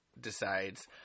decides